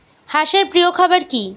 হাঁস এর প্রিয় খাবার কি?